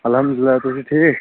الحمداللہ تُہۍ چھُ ٹھیٖک